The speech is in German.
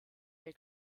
der